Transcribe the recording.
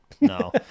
No